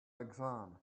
exam